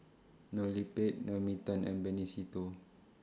Loh Lik Peng Naomi Tan and Benny Se Teo